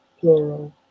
plural